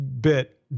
bit